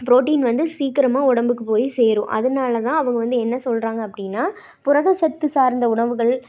protein வந்து சீக்கிரமாக உடம்புக்கு போய் சேரும் அதனாலதான் அவங்க வந்து என்ன சொல்லுறாங்க அப்படின்னா புரதச்சத்து சார்ந்த உணவுகள்